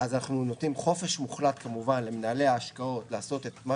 אז אנחנו נותנים חופש מוחלט כמובן למנהלי ההשקעות לעשות את מה